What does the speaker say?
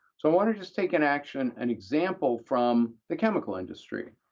so i want to just take an action, an example from the chemical industry,